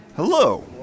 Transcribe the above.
Hello